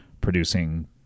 producing